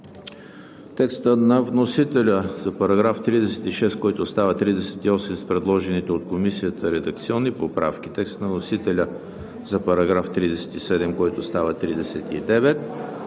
текста на вносителя за § 36, който става § 38 с предложените от Комисията редакционни поправки; текста на вносителя за § 37, който става §